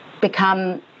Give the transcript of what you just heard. become